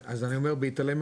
התהליך שכבר בנינו,